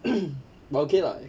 but okay lah